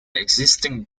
existing